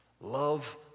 Love